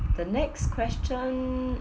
the next question